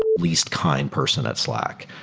least kind person at slack.